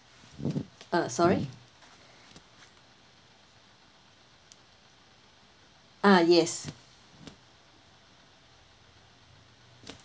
uh sorry ah yes